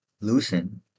Loosen